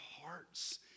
hearts